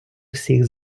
всіх